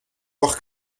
voir